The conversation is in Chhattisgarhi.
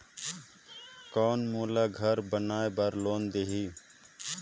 कौन मोला घर बनाय बार लोन देही?